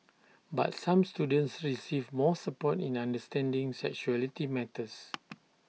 but some students receive more support in understanding sexuality matters